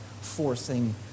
forcing